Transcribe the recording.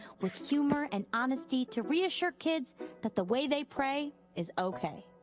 with humor and honesty to reassure kids that the way they pray is okay.